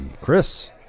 Chris